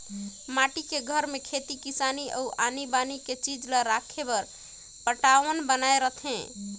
माटी के घर में खेती किसानी अउ आनी बानी के चीज ला राखे बर पटान्व बनाए रथें